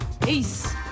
peace